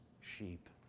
sheep